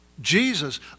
Jesus